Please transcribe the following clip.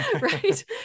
right